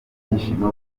ibyishimo